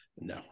No